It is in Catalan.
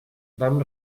vam